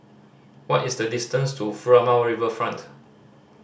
what is the distance to Furama Riverfront